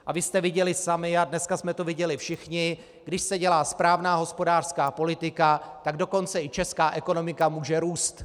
A vy jste viděli sami, a dneska jsme to viděli všichni, když se dělá správná hospodářská politika, tak dokonce i česká ekonomika může růst.